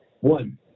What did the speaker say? One